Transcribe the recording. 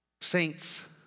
Saints